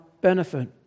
benefit